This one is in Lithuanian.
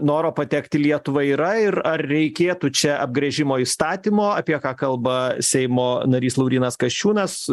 noro patekti į lietuvą yra ir ar reikėtų čia apgręžimo įstatymo apie ką kalba seimo narys laurynas kasčiūnas